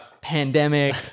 pandemic